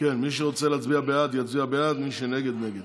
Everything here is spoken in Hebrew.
מי שרוצה להצביע בעד יצביע בעד, מי שנגד, נגד.